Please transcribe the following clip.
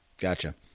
Gotcha